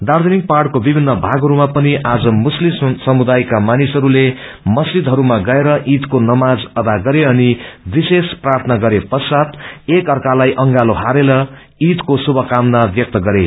दार्जीलिङ पहाइको विभिन्न मागहरूमा पनि आज मुस्लीम समुदायका मानिसहरूले मस्जीदहरूमा गएर ईदको नमाज अदा गरे अनि विशेष प्राथना गरे पश्वत् एक अर्कालाई अंगालो हालेर ईदको शुमकामना ब्यक्त गरे